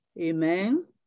Amen